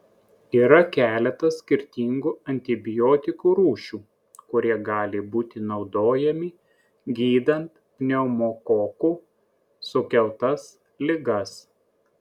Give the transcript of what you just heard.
yra keletas skirtingų antibiotikų rūšių kurie gali būti naudojami gydant pneumokokų sukeltas ligas